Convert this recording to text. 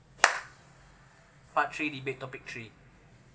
part three debate topic three